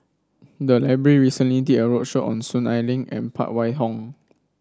the library recently did a roadshow on Soon Ai Ling and Phan Wait Hong